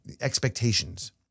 expectations